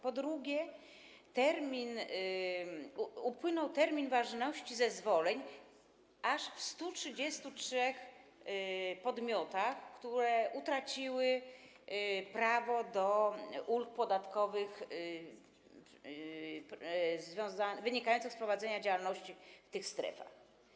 Po drugie, upłynął termin ważności zezwoleń aż w 133 podmiotach, które utraciły prawo do ulg podatkowych wynikających z prowadzenia działalności w tych strefach.